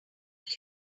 your